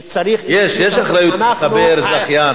אני חושב שצריך, יש אחריות מחבר, זכיין.